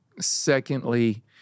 secondly